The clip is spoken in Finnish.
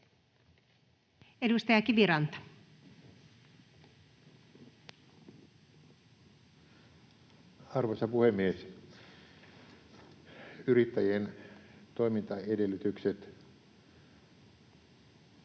15:08 Content: Arvoisa puhemies! Yrittäjien toimintaedellytykset on